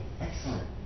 excellent